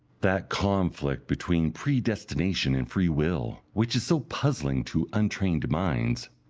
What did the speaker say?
that conflict between predestination and free will, which is so puzzling to untrained minds,